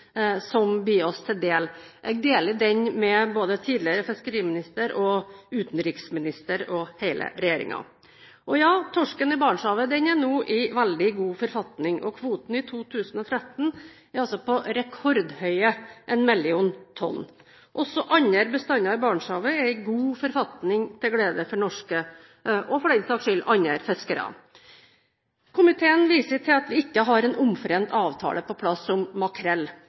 som blir oss til del. Jeg deler den med både tidligere fiskeriminister, utenriksminister og hele regjeringen. Torsken i Barentshavet er nå i veldig god forfatning, og kvoten i 2013 er på rekordhøye én million tonn. Også andre bestander i Barentshavet er i god forfatning, til glede for norske – og for den saks skyld andre – fiskere. Komiteen viser til at vi ikke har en omforent avtale på plass når det gjelder makrell.